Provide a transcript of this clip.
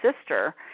sister